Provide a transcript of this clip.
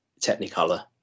Technicolor